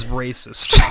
racist